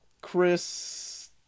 Chris